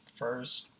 first